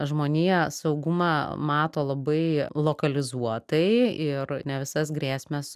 žmonija saugumą mato labai lokalizuotai ir ne visas grėsmes